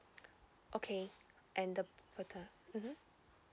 okay and the pater~ mmhmm